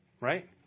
right